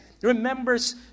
Remembers